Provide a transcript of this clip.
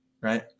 right